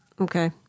Okay